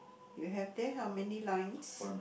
you have there how many lines